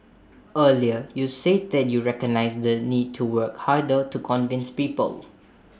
earlier you said that you recognise the need to work harder to convince people